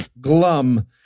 glum